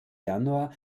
januar